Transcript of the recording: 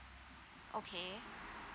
okay